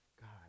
God